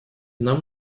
нам